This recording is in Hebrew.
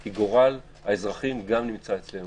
כי גורל האזרחים גם נמצא אצלנו.